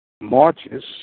Marches